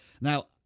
Now